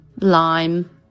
lime